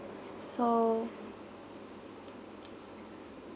so